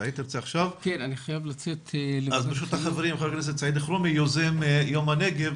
ברשות החברים ח"כ סעיד אלחרומי יוזם יום הנגב